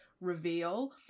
reveal